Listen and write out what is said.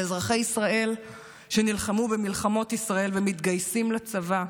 לאזרחי ישראל שנלחמו במלחמות ישראל ומתגייסים לצבא,